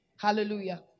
Hallelujah